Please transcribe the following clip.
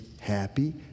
happy